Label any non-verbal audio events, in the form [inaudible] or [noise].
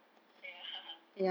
ya [laughs]